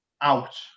out